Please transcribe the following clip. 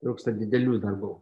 trūksta didelių darbų